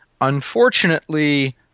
unfortunately